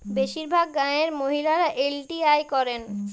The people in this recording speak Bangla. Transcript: বেশিরভাগ গাঁয়ের মহিলারা এল.টি.আই করেন